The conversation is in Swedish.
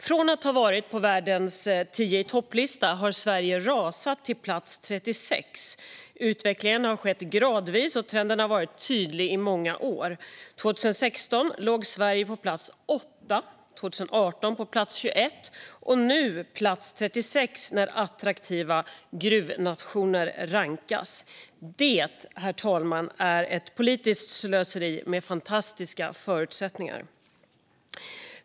Från att ha varit på världens tio-i-topp-lista har Sverige rasat till plats 36. Utvecklingen har skett gradvis, och trenden har varit tydlig i många år. År 2016 låg Sverige på plats 8, 2018 på plats 21 och nu på plats 36 när attraktiva gruvnationer rankas. Det, herr talman, är ett politiskt slöseri med fantastiska förutsättningar.